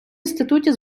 інституті